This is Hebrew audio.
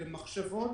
אלה מחשבות